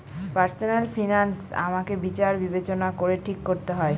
personal finance আমাকে বিচার বিবেচনা করে ঠিক করতে হয়